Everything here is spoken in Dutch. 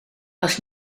was